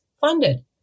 funded